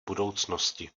budoucnosti